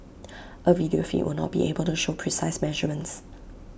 A video feed will not be able to show precise measurements